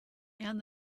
and